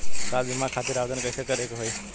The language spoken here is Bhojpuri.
स्वास्थ्य बीमा खातिर आवेदन कइसे करे के होई?